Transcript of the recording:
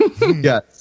Yes